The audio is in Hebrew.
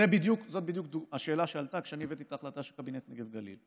זו בדיוק השאלה שעלתה כשאני הבאתי את ההחלטה של קבינט נגב-גליל.